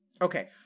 Okay